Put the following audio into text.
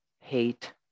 hate